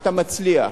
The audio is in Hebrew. אתה מצליח.